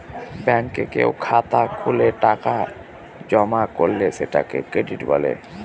ব্যাঙ্কে কেউ খাতা খুলে টাকা জমা করলে সেটাকে ক্রেডিট বলে